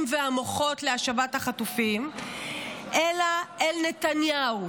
והמוחות להשבת החטופים אלא אל נתניהו,